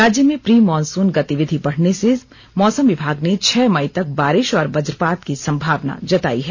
राज्य में pre monsoon गतिविधि बढ़ने से मौसम विभाग ने छह मई तक बारिश और वजपात की संभावना जताई है